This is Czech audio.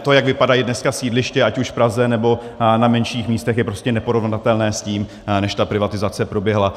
To, jak vypadají dneska sídliště ať už v Praze, nebo na menších místech, je prostě neporovnatelné s tím, než ta privatizace proběhla.